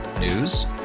News